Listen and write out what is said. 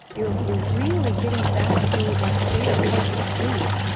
you're you're really getting back to that state of healthy sleep,